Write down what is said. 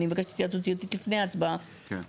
אני מבקשת התייעצות סיעתית לפני ההצבעה בעניין הזה.